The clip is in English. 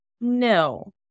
No